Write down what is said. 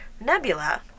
nebula